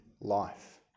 life